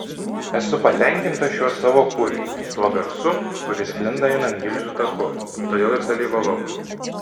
esu patenkinta šiuo savo kūriniu tuo garsu kuris sklinda einant gilzių taku todėl ir dalyvavau